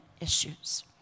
issues